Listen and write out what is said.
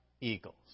eagles